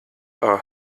are